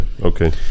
okay